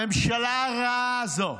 הממשלה הרעה הזאת,